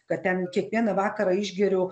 kad ten kiekvieną vakarą išgeriu